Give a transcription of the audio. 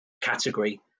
category